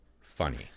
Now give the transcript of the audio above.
Funny